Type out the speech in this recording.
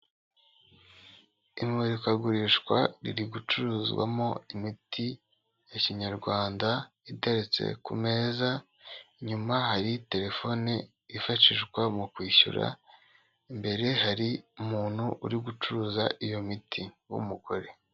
Imurikagurishwa riri gucuruzwamo imiti ya kinyarwanda iteretse ku meza, inyuma hari telefoni yifashishwa mu kwishyura, imbere hari umuntu uri gucuruza iyo miti w'umugore.